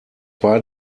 war